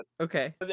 Okay